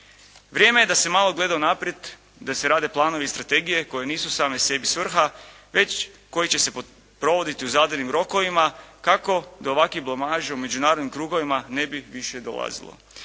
Vrijeme je da se malo gleda unaprijed i da se rade planovi strategije koji nisu sami sebi svrha već koji će se provoditi u zadanim rokovima kako do ovakvih blamaža u međunarodnim krugovima ne bi više dolazilo.